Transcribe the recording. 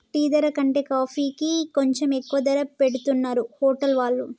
tea ధర కంటే కాఫీకి కొంచెం ఎక్కువ ధర పెట్టుతున్నరు హోటల్ వాళ్ళు